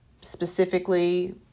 specifically